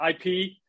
IP